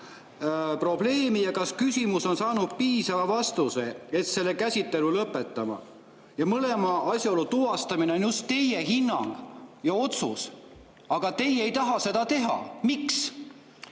probleemi ja kas küsimus on saanud piisava vastuse, et selle käsitelu lõpetada." Mõlema asjaolu tuvastamine on just teie hinnang ja otsus, aga teie ei taha seda teha. Miks?